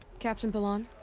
captain balahn?